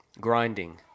grinding